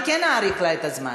אני כן אאריך לה את הזמן.